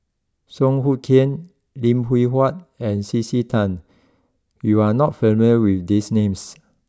Song Hoot Kiam Lim Hwee Hua and C C Tan you are not familiar with these names